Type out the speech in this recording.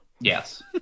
Yes